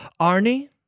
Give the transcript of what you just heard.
Arnie